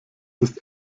ist